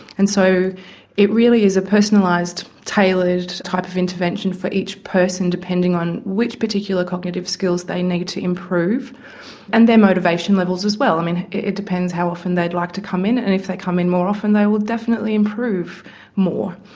and so it really is a personalised, tailored type of intervention for each person, depending on which particular cognitive skills they need to improve and their motivation levels as well. um and it depends how often they'd like to come in, and if they come in more often they will definitely improve more.